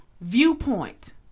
viewpoint